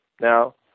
Now